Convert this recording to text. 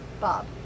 Bob